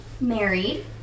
married